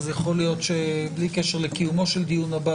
אז יכול להיות שבלי קשר לקיומו של הדיון הבא,